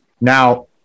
now